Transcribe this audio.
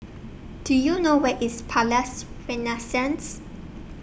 Do YOU know Where IS Palais Renaissance